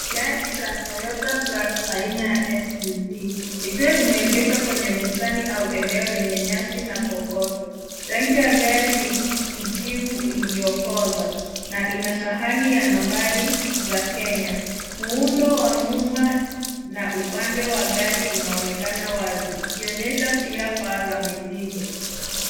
Gari la Toyota Prado aina ya SUV likiwa limeegeshwa kwenye eneo lenye nyasi au bustani yenye kokoto. Rangi ya gari ni kijivu iliyokoza na ina sahani ya nambari za Kenya. Muundo wa nyuma na upande wa gari unaonekna wazi ikionyesha pia paa la mizigo.